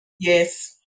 Yes